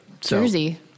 jersey